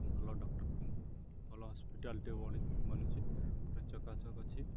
ଭଲ ଡକ୍ଟର ଭଲ ହସ୍ପିଟାଲ୍ଟେ ବନିଛିି ପୁରା ଚକାଚକ ଅଛି